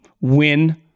win